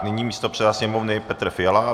Nyní místopředseda Sněmovny Petr Fiala.